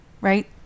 right